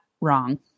wrong